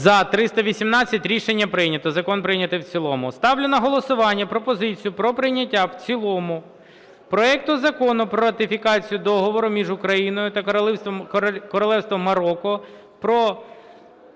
За-318 Рішення прийнято. Закон прийнятий в цілому. Ставлю на голосування пропозицію про прийняття в цілому проекту Закону про ратифікацію Договору між Україною та Королівством Марокко про